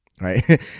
right